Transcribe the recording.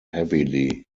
heavily